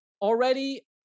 already